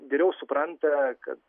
geriau supranta kad